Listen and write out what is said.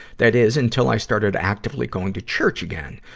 that is, until i started actively going to church again.